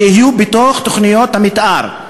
שיהיו בתוך תוכניות המתאר.